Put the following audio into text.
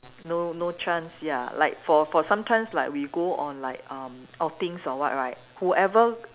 no no chance ya like for for sometimes like we go on like um outings or what right whoever